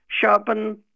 sharpen